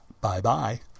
Bye-bye